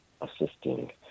assisting